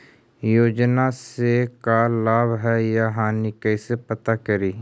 योजना से का लाभ है या हानि कैसे पता करी?